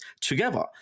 together